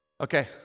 Okay